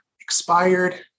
expired